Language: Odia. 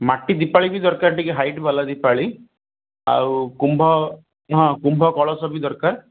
ମାଟି ଦିପାଳୀ ବି ଦରକାର ଟିକେ ହାଇଟ୍ ବାଲା ଦିପାଳୀ ଆଉ କୁମ୍ଭ ହଁ କୁମ୍ଭ କଳସ ବି ଦରକାର